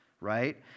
right